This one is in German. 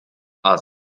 als